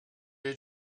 you